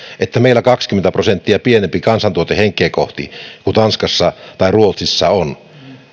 meillä on kaksikymmentä prosenttia pienempi kansantuote henkeä kohti kuin tanskassa tai ruotsissa